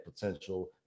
potential